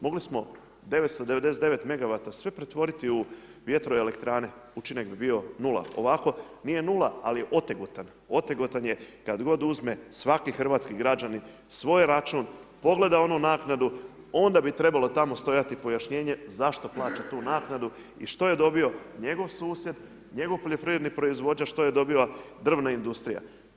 Mogli smo 999 megavata, sve pretvoriti u vjetroelektrane učinak bi bio nula, ovako nije nula ali je otegotan, otegotan je kad god uzme svaki hrvatski građanin svoj račun, pogleda onu naknadu, onda bi trebalo tamo stajati pojašnjenje zašto plaća tu naknadu i što je dobio njegov susjed, njegov poljoprivredni proizvođač, što je dobila državna industrija.